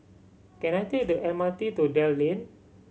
can I take the M R T to Dell Lane